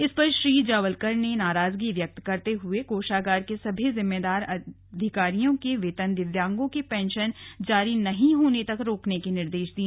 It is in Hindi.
इस पर श्री जावलकर ने गहरी नाराजगी व्यक्त करते हुए कोषागार के सभी जिम्मेदार अधिकारियों के वेतन दिव्यांगों की पेंशन जारी नहीं होने तक रोकने के निर्देश दिए